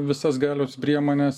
visas galios priemones